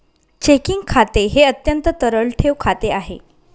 checking खाते हे अत्यंत तरल ठेव खाते आहे